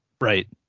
Right